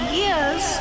years